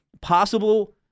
possible